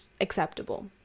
acceptable